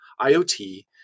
IoT